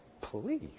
Please